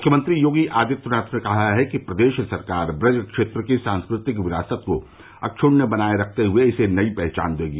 मुख्यमंत्री योगी आदित्यनाथ ने कहा कि प्रदेश सरकार ब्रज क्षेत्र की सांस्कृतिक विरासत को अक्षुण्य बनाए रखते हुए इसे नई पहचान देगी